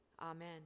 Amen